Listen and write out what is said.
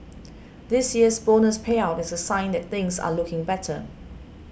this year's bonus payout is a sign that things are looking better